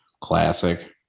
Classic